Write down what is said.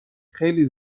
خیلی